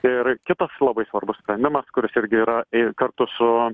ir kitas labai svarbus sprendimas kuris irgi yra ir kartu su